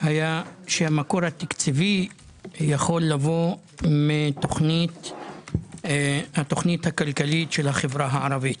הייתה שהמקור התקציבי יכול לבוא מהתוכנית הכלכלית של החברה הערבית,